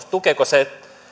tukeeko se